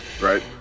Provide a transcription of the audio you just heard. Right